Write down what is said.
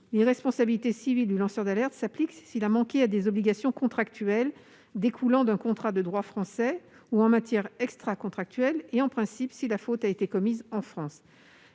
l'irresponsabilité civile du lanceur d'alerte s'applique s'il a manqué à des obligations contractuelles découlant d'un contrat de droit français ou, en matière extracontractuelle et, en principe, si la faute a été commise en France.